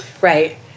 Right